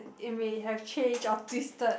it may have changed or twisted